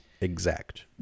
exact